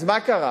אז מה קרה?